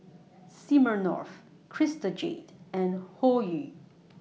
Smirnoff Crystal Jade and Hoyu